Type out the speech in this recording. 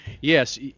Yes